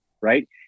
right